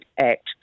Act